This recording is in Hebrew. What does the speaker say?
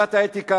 "ועדת האתיקה,